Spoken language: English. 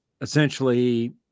essentially